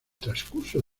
transcurso